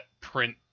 print